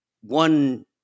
One